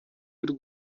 y’u